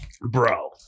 bro